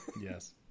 yes